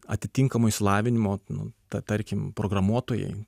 atitinkamo išsilavinimo nu ta tarkim programuotojai